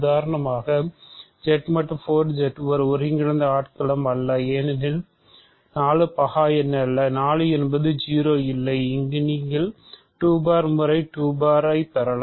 உதாரணமாக Z மட்டு 4 Z ஒரு ஒருங்கிணைந்த ஆட்களம் அல்ல ஏனெனில் 4 பகா எண் அல்ல 4 என்பது 0 இல்லை அங்கு நீங்கள் 2 பார் முறை 2 பார் 0 பெறலாம்